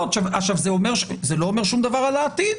זה לא אומר שום דבר על העתיד,